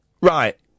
Right